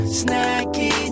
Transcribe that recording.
snacky